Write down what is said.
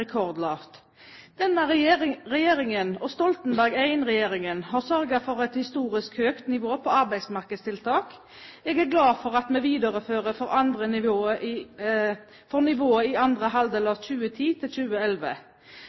rekordlavt. Denne regjeringen og Stoltenberg I-regjeringen har sørget for et historisk høyt nivå på arbeidsmarkedstiltak. Jeg er glad for at vi viderefører nivået for andre halvdel av 2010 til 2011.